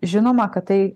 žinoma kad tai